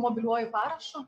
mobiliuoju parašu